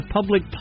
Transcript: Public